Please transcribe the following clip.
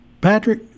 Patrick